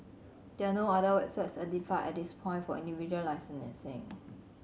there are no other websites identified at this point for individual